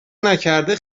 نکرده